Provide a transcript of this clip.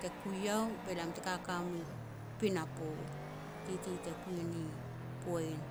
te kui iau be lam tete kaka mi pinapo, titi te kui ni Poin.